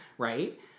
right